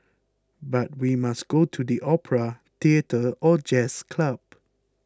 but we must go to the opera theatre or jazz club